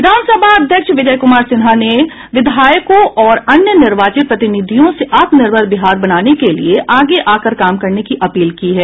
विधान सभा अध्यक्ष विजय कुमार सिन्हा ने विधायकों और अन्य निर्वाचित प्रतिनिधियों से आत्मनिर्भर बिहार बनाने के लिए आगे आकर काम करने की अपील की है